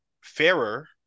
fairer